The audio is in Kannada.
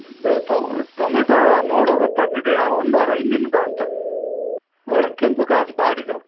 ಇದು ಟೊಮೆಟೋ ನೋಡ್ವಾಗ ಗೊತ್ತಾಗ್ತದೆ ಯಾವ ಒಂದು ವಾರ ಹಿಂದಿನದಾ ಅಂತ ಒಳ್ಳೆ ಕೆಂಪುಗಾಗಿ ಬಾಡಿದೆ